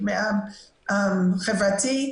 חברתי.